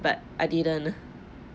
but i didn't